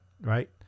Right